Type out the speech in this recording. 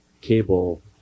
cable